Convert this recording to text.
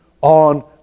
on